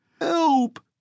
Help